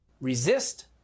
Resist